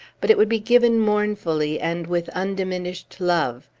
but it would be given mournfully, and with undiminished love.